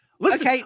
Listen